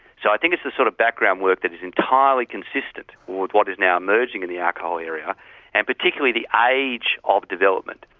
so i think it's the sort of background work that is entirely consistent with what is now emerging in the alcohol area and particularly the age ah of development.